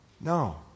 No